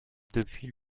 depuis